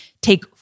take